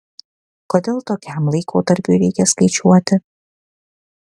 kodėl tokiam laikotarpiui reikia skaičiuoti